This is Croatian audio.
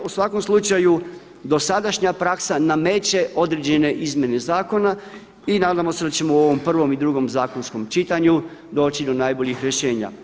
U svakom slučaju dosadašnja praksa nameće određene izmjene zakona i nadamo se da ćemo u ovom prvom i drugom zakonskom čitanju doći do najboljih rješenja.